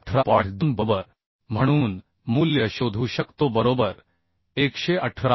2 बरोबर म्हणून मूल्य शोधू शकतो बरोबर 118